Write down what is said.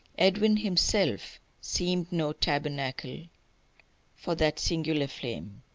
edwin himself seemed no tabernacle for that singular flame.